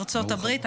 ארצות הברית,